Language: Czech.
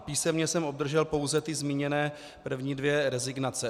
Písemně jsem obdržel pouze zmíněné první dvě rezignace.